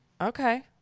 okay